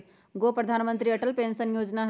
एगो प्रधानमंत्री अटल पेंसन योजना है?